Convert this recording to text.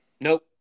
Nope